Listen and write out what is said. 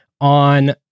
on